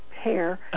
hair